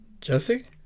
Jesse